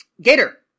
Gator